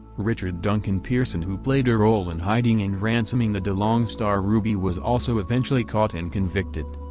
richard duncan pearson who played a role in hiding and ransoming the delong star ruby was also eventually caught and convicted.